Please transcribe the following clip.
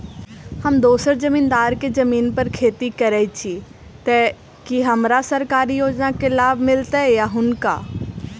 हम दोसर जमींदार केँ जमीन पर खेती करै छी तऽ की हमरा सरकारी योजना केँ लाभ मीलतय या हुनका?